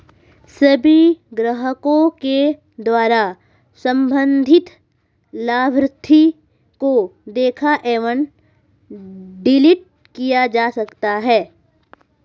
सभी ग्राहकों के द्वारा सम्बन्धित लाभार्थी को देखा एवं डिलीट किया जा सकता है